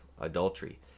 adultery